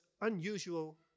unusual